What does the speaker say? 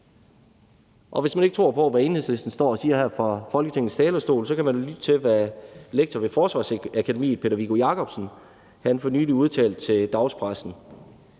Og hvis man ikke tror på, hvad Enhedslisten står og siger her fra Folketingets talerstol, kan man jo lytte til, hvad lektor ved Forsvarsakademiet, Peter Viggo Jacobsen, for nylig udtalte til dagspressen: